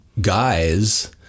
guys